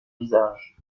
visage